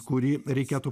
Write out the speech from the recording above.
kurį reikėtų